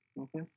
Okay